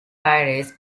pirates